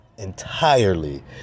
entirely